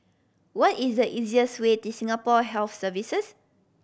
what is the easiest way to Singapore Health Services